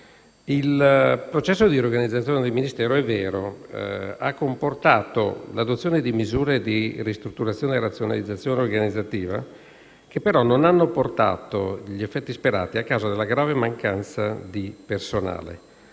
il processo di riorganizzazione del Ministero ha comportato l'adozione di misure di ristrutturazione e razionalizzazione organizzativa, che però non hanno portato gli effetti sperati a causa della grave mancanza di personale.